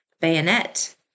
bayonet